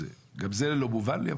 גם זה לא מובן לי,